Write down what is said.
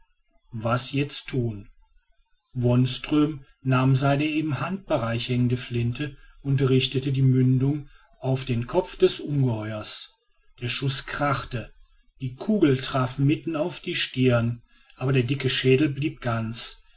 was jetzt thun wonström nahm seine im handbereich hängende flinte und richtete die mündung auf den kopf des ungeheuers der schuß krachte die kugel traf mitten auf die stirn aber der dicke schädel blieb ganz